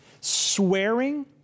swearing